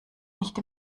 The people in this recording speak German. nicht